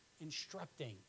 instructing